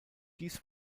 dies